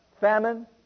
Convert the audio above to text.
Famine